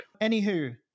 Anywho